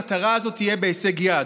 המטרה הזאת תהיה בהישג יד.